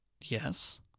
yes